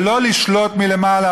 ולא לשלוט מלמעלה,